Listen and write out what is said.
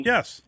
Yes